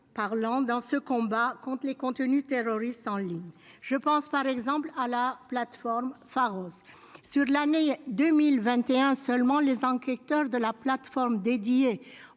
parlant, dans ce combat contre les contenus terroristes en ligne ; je pense, par exemple, à la plateforme Pharos. Au cours de la seule année 2021, les enquêteurs de la plateforme dédiée